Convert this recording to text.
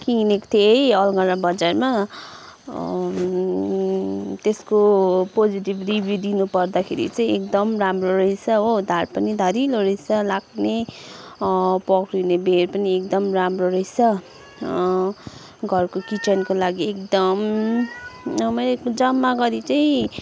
किनेको थिएँ है अलगडा बजारमा त्यसको पोजिटिभ रिभ्यू दिनु पर्दाखेरि चाहिँ एकदम राम्रो रहेछ हो धार पनि धारिलो रहेछ लाग्ने पक्रिने बेँड पनि एकदम राम्रो रहेछ घरको किचनको लागि एकदम मैले जम्मा गरी चाहिँ